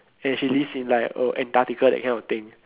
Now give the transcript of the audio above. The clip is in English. and she lives in like oh Antarctica that kind of thing